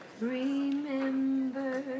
remember